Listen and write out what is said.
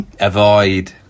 Avoid